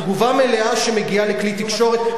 תגובה מלאה שמגיעה לכלי תקשורת?